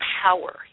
power